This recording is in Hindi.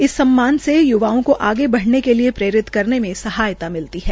इस सम्मान से युवाओं को आगे बढ़ने के लिये प्रेरित करने में सहायता मिलती है